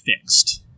fixed